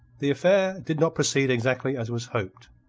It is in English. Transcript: the affair did not proceed exactly as was hoped,